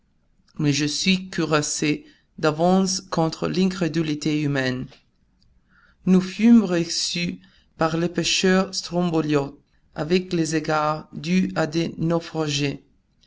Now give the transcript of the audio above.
mais je suis cuirassé d'avance contre l'incrédulité humaine nous fûmes reçus par les pêcheurs stromboliotes avec les égards dus à des naufragés